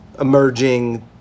emerging